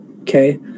okay